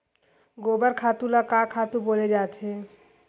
गोबर खातु ल का खातु बोले जाथे?